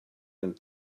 and